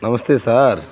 నమస్తే సార్